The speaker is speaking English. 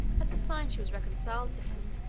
as a sign she was reconciled to him.